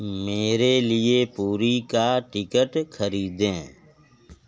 मेरे लिए पुरी का टिकट खरीदें